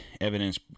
evidence